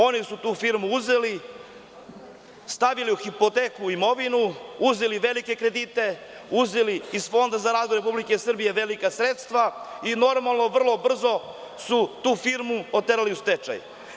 Oni su tu firmu uzeli, stavili u hipoteku imovinu, uzeli velike kredite, uzeli iz Fonda za razvoj Republike Srbije velika sredstva i normalno, vrlo brzo su tu firmu oterali u stečaj.